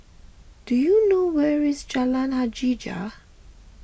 do you know where is Jalan Hajijah